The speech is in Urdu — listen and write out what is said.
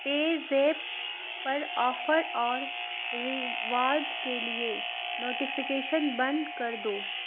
پےزیپ پر آفر اور ریواڈ کے لیے نوٹیفیکیشن بند کر دو